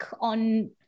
on